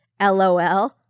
LOL